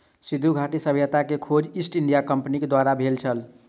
सिंधु घाटी सभ्यता के खोज ईस्ट इंडिया कंपनीक द्वारा भेल छल